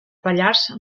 pallars